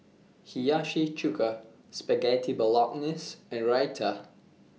Hiyashi Chuka Spaghetti Bolognese and Raita